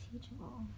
teachable